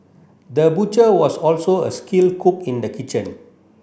the butcher was also a skilled cook in the kitchen